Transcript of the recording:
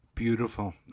beautiful